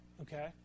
Okay